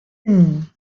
din